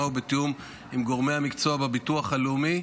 ובתיאום עם גורמי המקצוע בביטוח הלאומי.